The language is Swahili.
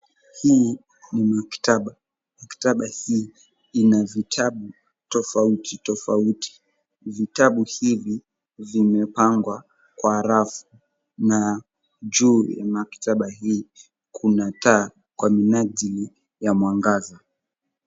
Hii ni maktaba. Maktaba hii ina vitabu tofauti .Vitabu hivi vimepangwa kwa rafu na juu ya maktaba hii kuna taa kwa minajili ya mwangaza.